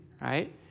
right